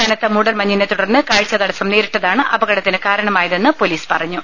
കനത്ത മൂടൽമഞ്ഞിനെ തുടർന്ന് കാഴ്ചതടസ്സം നേരിട്ടതാണ് അപ കടത്തിന് കാരണമായതെന്ന് പൊലീസ് പറഞ്ഞു